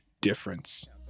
difference